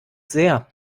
sehr